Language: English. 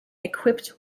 equipped